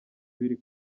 biri